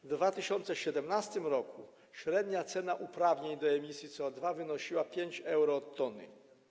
W 2017 r. średnia cena uprawnień do emisji CO2 wynosiła 5 euro od tony.